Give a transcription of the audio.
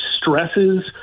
stresses